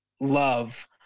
love